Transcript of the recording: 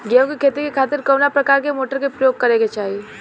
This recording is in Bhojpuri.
गेहूँ के खेती के खातिर कवना प्रकार के मोटर के प्रयोग करे के चाही?